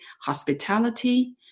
Hospitality